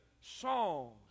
songs